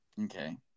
Okay